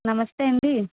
నమస్తే అండి